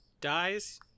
dies